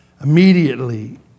Immediately